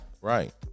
right